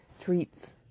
treats